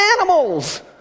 animals